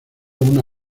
una